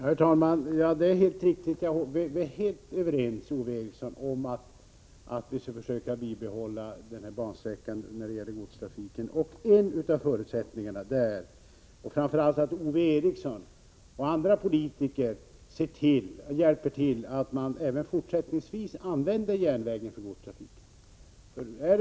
Herr talman! Vi är helt överens, Ove Eriksson, om att vi skall försöka bibehålla godstrafiken på den här bansträckan. Och en av de främsta förutsättningarna är att Ove Eriksson och andra politiker ser till att man även fortsättningsvis använder järnvägen för godstrafik.